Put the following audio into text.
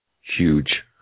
Huge